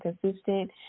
consistent